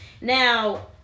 Now